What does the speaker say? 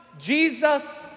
Jesus